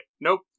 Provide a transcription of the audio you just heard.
Nope